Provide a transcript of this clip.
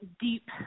deep